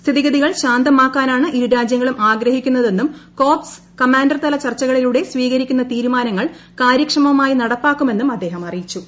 സ്ഥിതിഗതികൾ ശാന്തമാക്കാനാണ് ഇരുരാജ്യങ്ങളും ആഗ്രഹിക്കുന്നതെന്നും കോർപ്സ് കമാൻഡർതല ചർച്ചുകളിലൂടെ സ്വീകരിക്കുന്ന തീരുമാനങ്ങൾ കാര്യക്ഷമമായി നടപ്പാക്കുമെന്നും അദ്ദേഹം അറിയിച്ചു